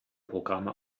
programme